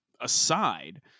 Aside